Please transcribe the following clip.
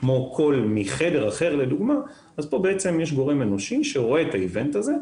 כמו קול מחדר אחר לדוגמה אז פה יש גורם אנושי שרואה את האירוע הזה,